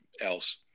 else